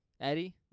Eddie